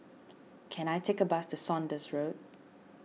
can I take a bus to Saunders Road